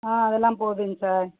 ஆ அதெல்லாம் போகுதுங்க சார்